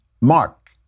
Mark